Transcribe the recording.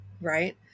right